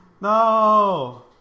No